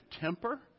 temper